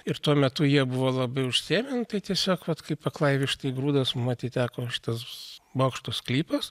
ir tuo metu jie buvo labai užsiėmę tiesiog vat kaip aklai vištai grūdas matyt teko šitas bokšto sklypas